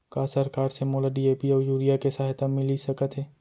का सरकार से मोला डी.ए.पी अऊ यूरिया के सहायता मिलिस सकत हे?